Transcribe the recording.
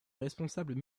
responsables